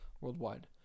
worldwide